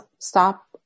stop